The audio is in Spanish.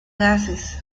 gases